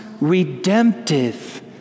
redemptive